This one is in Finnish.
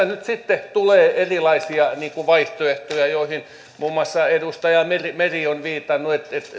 nyt sitten tulee erilaisia vaihtoehtoja joihin muun muassa edustaja meri meri on viitannut että